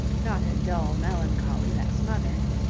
not a dull melancholy that smothered.